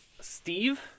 Steve